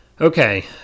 okay